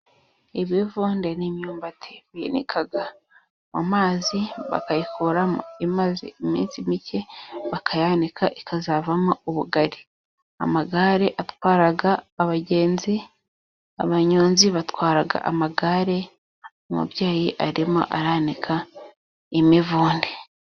Ibivunde ni imyumbati binikaga mu mazi bakayikuramo imaze iminsi mike, bakayanika ikazavamo ubugari. Amagare atwaraga abagenzi, abanyonzi batwaraga amagare. Umubyeyi arimo aranika imivunde.